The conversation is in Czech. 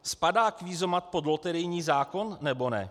Spadá kvízomat pod loterijní zákon, nebo ne?